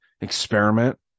experiment